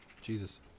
Jesus